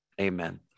Amen